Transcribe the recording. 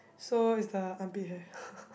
so it's the armpit hair